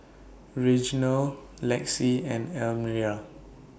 Reginald Lexi and Elmyra